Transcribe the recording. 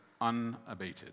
unabated